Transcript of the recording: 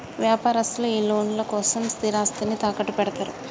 వ్యాపారస్తులు ఈ లోన్ల కోసం స్థిరాస్తిని తాకట్టుపెడ్తరు